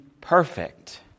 perfect